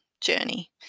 journey